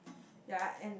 ya and